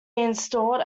installed